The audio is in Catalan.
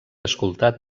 escoltat